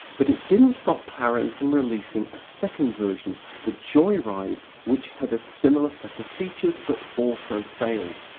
but it didn't stop clarion from releasing a second version the joyride which had a similar set of features, but also failed.